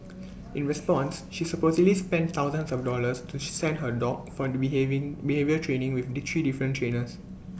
in response she supposedly spent thousands of dollars to send her dog for behaving behaviour training with the three different trainers